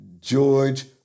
George